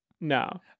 No